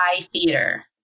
theater